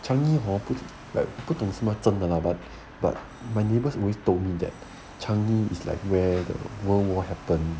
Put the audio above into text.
changi 和 put like 不懂什么 de lah but but my neighbours we told him that changi is like where the world war happen